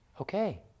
Okay